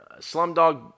Slumdog